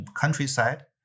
countryside